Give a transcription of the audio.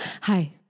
hi